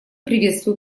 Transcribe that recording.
приветствую